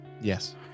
Yes